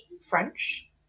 French